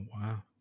wow